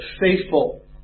faithful